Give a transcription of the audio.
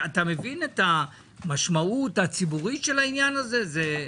אתה מבין את המשמעות הציבורית של העניין הזה?